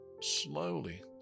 slowly